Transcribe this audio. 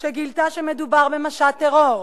כשגילתה כשמדובר במשט טרור,